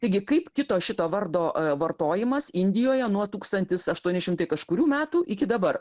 taigi kaip kito šito vardo vartojimas indijoje nuo tūkstantis aštuoni šimtai kažkurių metų iki dabar